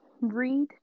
read